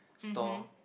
store